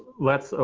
let's, so